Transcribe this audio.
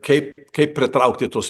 kaip kaip pritraukti tuos